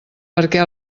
perquè